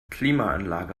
klimaanlage